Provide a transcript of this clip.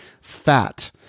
fat